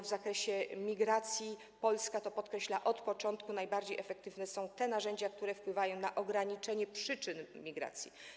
W zakresie migracji - Polska to podkreśla od początku - najbardziej efektywne są te narzędzia, które wpływają na ograniczenie przyczyn migracji.